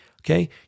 Okay